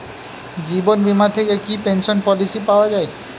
জীবন বীমা থেকে কি পেনশন পলিসি পাওয়া যায়?